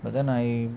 but then I